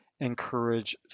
encourage